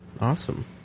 Awesome